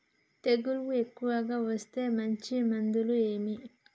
తెగులు ఎక్కువగా వస్తే మంచి మందులు ఏవి?